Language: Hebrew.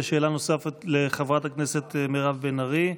יש שאלה נוספת לחברת הכנסת מירב בן ארי.